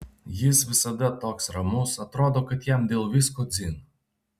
jis visada toks ramus atrodo kad jam dėl visko dzin